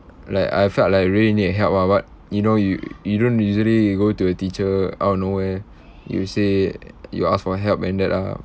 like I felt like I really need help ah but you know you you don't usually go to your teacher out of nowhere you say you ask for help and that ah